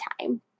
time